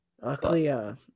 Luckily